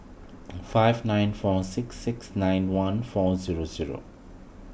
five nine four six six nine one four zero zero